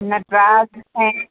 नटराज ऐं